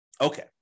Okay